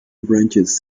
branches